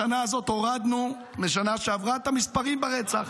בשנה הזאת הורדנו משנה שעברה את המספרים ברצח.